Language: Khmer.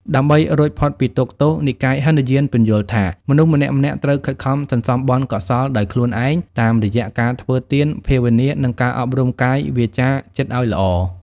ដើម្បីរួចផុតពីទុក្ខទោស និកាយហីនយានពន្យល់ថាបុគ្គលម្នាក់ៗត្រូវខិតខំសន្សំបុណ្យកុសលដោយខ្លួនឯង តាមរយៈការធ្វើទាន ភាវនា និងការអប់រំកាយ វាចា ចិត្តឱ្យល្អ។